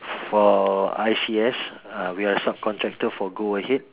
for I_C_S uh we're sub contractor for go ahead